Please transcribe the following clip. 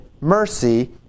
mercy